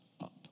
up